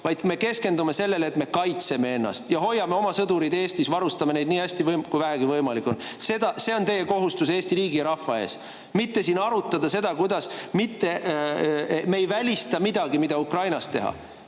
ning keskendume sellele, et me kaitseme ennast ja hoiame oma sõdurid Eestis, varustame neid nii hästi, kui vähegi võimalik on. See on teie kohustus Eesti riigi ja rahva ees, mitte arutada siin seda, et me ei välista midagi, mida Ukrainas teha.